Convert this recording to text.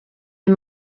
est